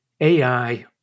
AI